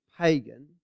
pagan